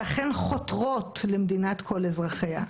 שאכן חותרות למדינת כל אזרחיה,